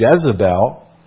Jezebel